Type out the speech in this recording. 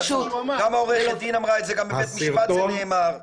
גם עורכת הדין אמרה את זה וגם בבית המשפט זה נאמר.